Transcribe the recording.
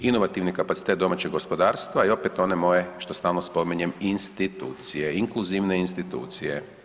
Inovativni kapacitet domaćeg gospodarstva i opet one moje što stalno spominjem institucije, inkluzivne institucije.